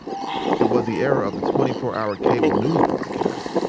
it was the era of the twenty four hour cable news broadcast,